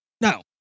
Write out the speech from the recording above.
no